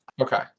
okay